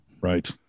Right